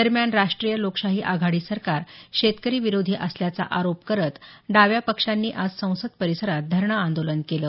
दरम्यान राष्ट्रीय लोकशाही आघाडी सरकार शेतकरी विरोधी असल्याचा आरोप करत डाव्या पक्षांनी आज संसद परिसरात धरणं आंदोलन केलं